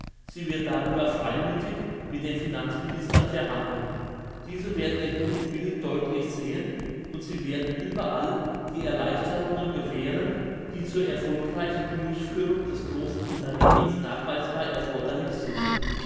sie wird darüber freimüthig mit den finanzministern verhandeln diese werden den guten willen deutlich sehen und sie werden überall die erleichterungen gewähren die zur erfolgreichen durchführung des grossen unternehmens nachweisbar erforderlich sind